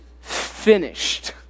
finished